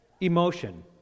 emotion